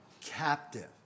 captive